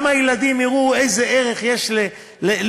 גם הילדים יראו איזה ערך יש במשפחה,